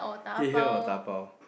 eat here or dabao